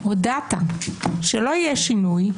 הודעת שלא יהיה שינוי,